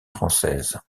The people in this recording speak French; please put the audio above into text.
française